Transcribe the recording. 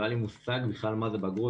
לא היה לי מושג בכלל מה זה בגרות,